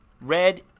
red